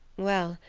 well,